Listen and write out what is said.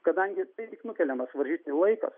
kadangi tai tik nukeliamas varžytinių laikas